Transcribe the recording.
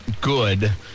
good